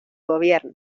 gobierno